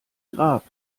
grab